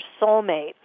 Soulmate